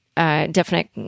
Definite